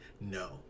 no